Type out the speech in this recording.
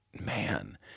man